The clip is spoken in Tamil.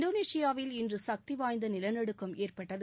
இந்தோனேஷியாவில் இன்று கக்திவாய்ந்த நிலநடுக்கம் ஏற்பட்டது